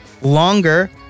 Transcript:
longer